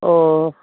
ഓ